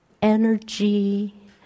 energy